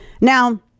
Now